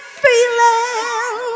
feeling